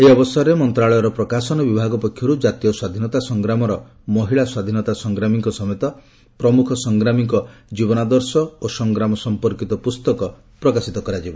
ଏହି ଅବରସରେ ମନ୍ତ୍ରଣାଳୟର ପ୍ରକାଶନ ବିଭାଗ ପକ୍ଷରୁ ଜାତୀୟ ସ୍ୱାଧୀନତା ସଂଗ୍ରାମର ମହିଳା ସ୍ୱାଧୀନତା ସଂଗ୍ରାମୀଙ୍କ ସମେତ ପ୍ରମୁଖ ସଂଗ୍ରାମୀଙ୍କ ଜୀବନ ଦର୍ଶ ଓ ସଂଗ୍ରାମ ସମ୍ପର୍କୀତ ପୁସ୍ତକ ପ୍ରକାଶିତ କରାଯିବ